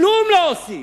כלום לא עושים.